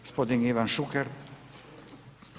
g. Ivan Šuker.